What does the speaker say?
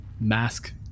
mask